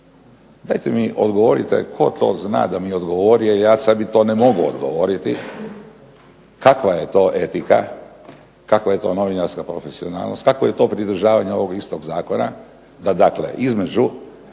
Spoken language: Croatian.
Dajte mi odgovorite tko to zna da mi odgovori, jer ja sebi to ne mogu odgovoriti, kakva je to etika, kakva je to novinarska profesionalnost, kakvo je to pridržavanje ovog istog zakona da dakle između